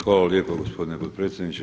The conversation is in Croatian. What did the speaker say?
Hvala lijepo gospodine potpredsjedniče.